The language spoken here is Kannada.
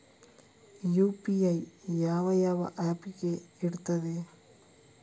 ಯು.ಪಿ.ಐ ಯಾವ ಯಾವ ಆಪ್ ಗೆ ಇರ್ತದೆ?